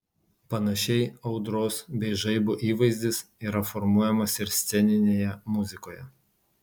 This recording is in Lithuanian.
panašiai audros bei žaibo įvaizdis yra formuojamas ir sceninėje muzikoje